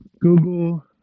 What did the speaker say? Google